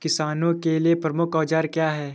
किसानों के लिए प्रमुख औजार क्या हैं?